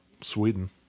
Sweden